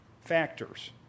factors